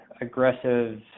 aggressive